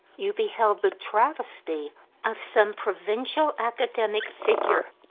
you beheld the travesty of some provincial academic figure,